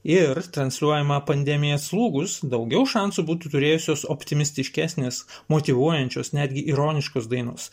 ir transliuojama pandemijai atslūgus daugiau šansų būtų turėjusios optimistiškesnės motyvuojančios netgi ironiškos dainos